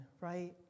right